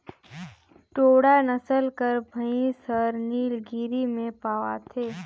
टोडा नसल कर भंइस हर नीलगिरी में पवाथे